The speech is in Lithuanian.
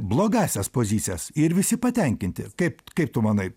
blogąsias pozicijas ir visi patenkinti kaip kaip tu manai